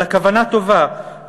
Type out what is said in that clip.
אבל הכוונה טובה,